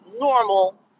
normal